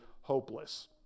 hopeless